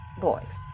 Boys